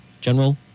General